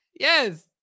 Yes